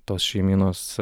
tos šeimynos